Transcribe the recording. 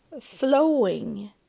flowing